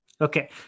Okay